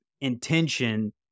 intention